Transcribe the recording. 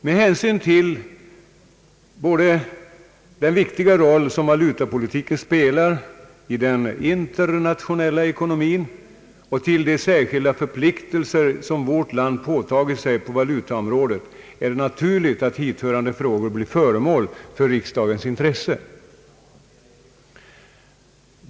Med hänsyn till både den viktiga roll som valutapolitiken spelar i den internationella ekonomin och de särskilda förpliktelser som vårt land påtagit sig på valutaområdet är det naturligt att hithörande frågor blir föremål för riksdagens intresse.